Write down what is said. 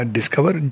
Discover